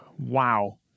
Wow